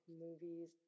movies